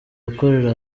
gukorera